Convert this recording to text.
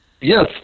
Yes